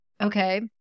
Okay